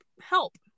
help